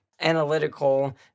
analytical